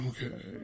Okay